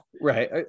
Right